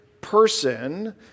person